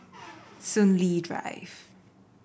Soon Lee Drive